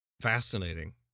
fascinating